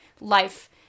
life